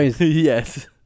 yes